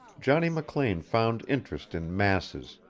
johnny mclean found interest in masses,